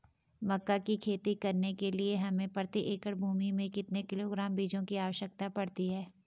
मक्का की खेती करने के लिए हमें प्रति एकड़ भूमि में कितने किलोग्राम बीजों की आवश्यकता पड़ती है?